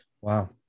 Wow